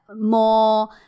more